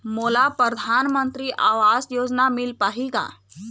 मोला परधानमंतरी आवास योजना मिल पाही का?